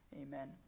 amen